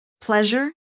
pleasure